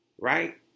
right